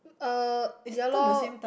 uh ya lor